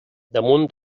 damunt